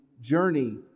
journey